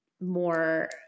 more